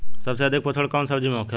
सबसे अधिक पोषण कवन सब्जी में होखेला?